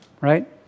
right